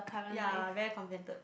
ya very contented